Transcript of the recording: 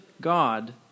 God